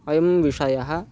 अयं विषयः